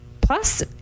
Plus